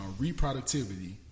reproductivity